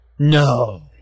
No